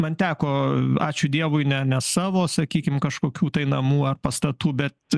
man teko ačiū dievui ne ne savo sakykim kažkokių tai namų ar pastatų bet